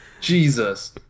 Jesus